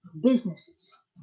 businesses